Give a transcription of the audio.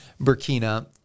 Burkina